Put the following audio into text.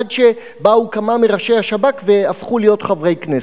עד שבאו כמה מראשי השב"כ והפכו להיות חברי כנסת,